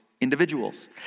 individuals